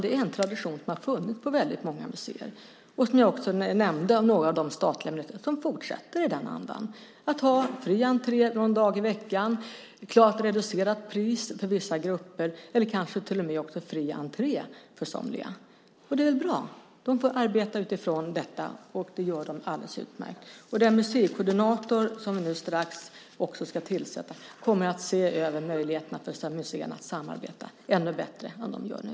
Det är en tradition som har funnits på väldigt många museer, och några av de statliga museerna fortsätter i den andan, som jag nämnde. De har fri entré någon dag i veckan, klart reducerat pris för vissa grupper eller till och med fri entré för somliga. Det är bra. De får arbeta utifrån detta, och det gör de alldeles utmärkt. Den museikoordinator som strax ska tillsättas kommer att se över möjligheterna för museer att samarbeta ännu bättre än de gör nu.